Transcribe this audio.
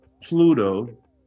Pluto